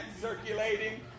circulating